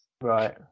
right